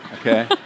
okay